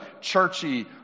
churchy